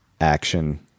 action